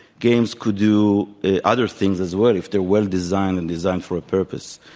games could do other things as well if they're well-designed and designed for a purpose.